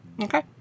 Okay